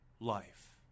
life